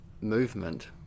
movement